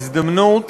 הזדמנות